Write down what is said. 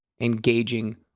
engaging